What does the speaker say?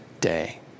day